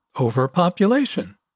overpopulation